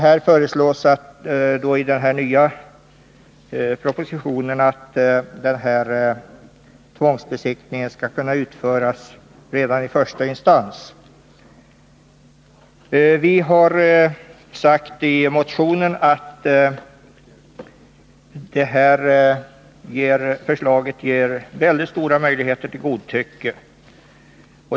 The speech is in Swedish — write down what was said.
I propositionen föreslås emellertid att sådan tvångsbesiktning skall kunna utföras redan i första instans. Vi har sagt i vår motion att detta förslag ger väldigt stora möjligheter till godtycke.